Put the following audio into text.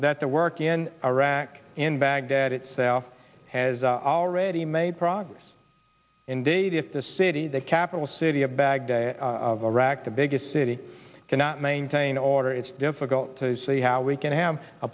that the work in iraq in baghdad itself has already made progress indeed if the city the capital city of baghdad of iraq the biggest city cannot maintain order it's difficult to see how we can have a